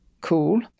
cool